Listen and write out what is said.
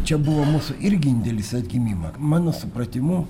čia buvo mūsų irgi indėlis į atgimimą mano supratimu